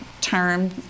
term